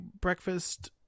breakfast